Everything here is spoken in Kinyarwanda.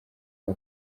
uwo